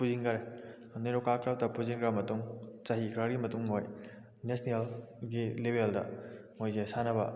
ꯄꯨꯁꯤꯟꯈꯔꯦ ꯅꯦꯔꯣꯀꯥ ꯀ꯭ꯂꯞꯇ ꯄꯨꯁꯤꯟꯈ꯭ꯔꯕ ꯃꯇꯨꯡ ꯆꯍꯤ ꯈꯔꯒꯤ ꯃꯇꯨꯡ ꯃꯣꯏ ꯅꯦꯁꯅꯦꯜꯒꯤ ꯂꯦꯕꯦꯜꯗ ꯃꯣꯏꯁꯦ ꯁꯥꯟꯅꯕ